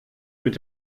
mit